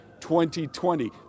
2020